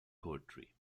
poetry